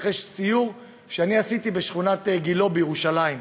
אחרי סיור שאני עשיתי בשכונת גילה בירושלים.